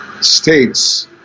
states